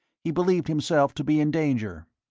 he believed himself to be in danger,